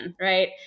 right